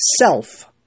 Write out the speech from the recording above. self